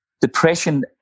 depression